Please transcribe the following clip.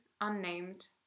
unnamed